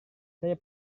saya